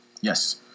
Yes